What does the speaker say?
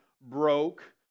broke